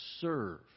serve